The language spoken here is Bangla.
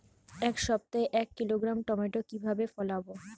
এক সপ্তাহে এক কিলোগ্রাম টমেটো কিভাবে ফলাবো?